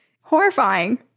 horrifying